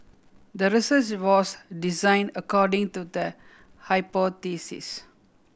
the research was design according to the hypothesis